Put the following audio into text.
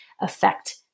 affect